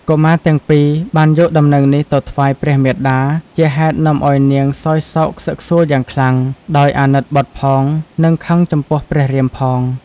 កុមារទាំងពីរ បានយកដំណឹងនេះទៅថ្វាយព្រះមាតា ជាហេតុនាំឱ្យនាងសោយសោកខ្សឹកខ្សួលយ៉ាងខ្លាំង ដោយអាណិតបុត្រផងនិងខឹងចំពោះព្រះរាមផង ។